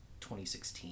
2016